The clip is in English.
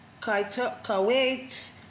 Kuwait